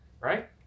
right